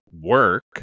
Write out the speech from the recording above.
work